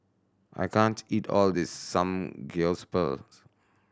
I can't eat all of this Samgeyopsal